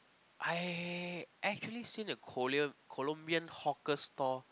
I actually seen a Colo~ Colombian hawker store